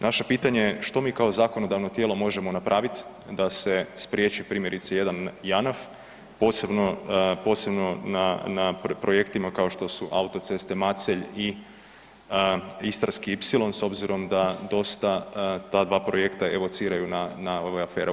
Naše pitanje je što mi kao zakonodavno tijelo možemo napravit da se spriječi primjerice jedan Janaf, posebno na projektima kao što su autoceste Macelj i Istarski ipsilon s obzirom da dosta ta dva projekta evociraju na ove afere u Janaf-u?